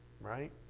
Right